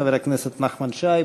חבר הכנסת נחמן שי,